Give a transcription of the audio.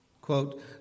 Quote